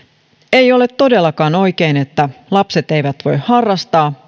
ei ole todellakaan oikein että lapset eivät voi harrastaa